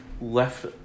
left